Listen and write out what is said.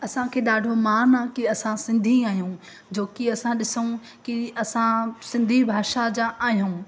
असांखे ॾाढो मान आहे की असां सिंधी आहियूं जो की असां ॾिसूं की असां सिंधी भाषा जा आहियूं